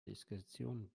diskretion